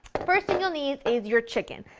first thing you'll need is your chicken.